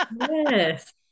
Yes